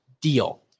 deal